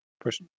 push